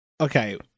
Okay